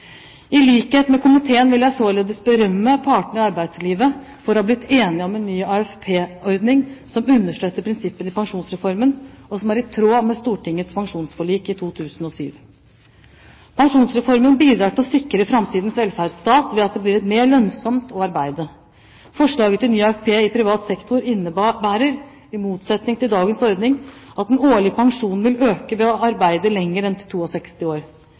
I likhet med komiteen vil jeg således berømme partene i arbeidslivet for å ha blitt enige om en ny AFP-ordning, som understøtter prinsippene i pensjonsreformen, og som er i tråd med Stortingets pensjonsforlik i 2007. Pensjonsreformen bidrar til å sikre fremtidens velferdsstat ved at det blir mer lønnsomt å arbeide. Forslaget til ny AFP i privat sektor innebærer, i motsetning til dagens ordning, at den årlige pensjonen vil øke ved å arbeide lenger enn til 62 år.